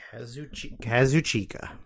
Kazuchika